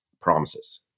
promises